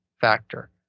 factor